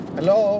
Hello